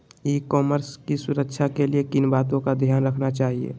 ई commerce की सुरक्षा के लिए किन बातों का ध्यान रखना चाहिए?